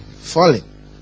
falling